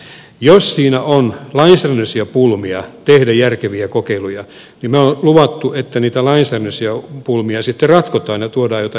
jos siinä on lainsäädännöllisiä pulmia tehdä järkeviä kokeiluja niin me olemme luvanneet että niitä lainsäädännöllisiä pulmia sitten ratkotaan ja tuodaan jotain esityksiä